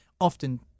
often